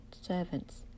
servants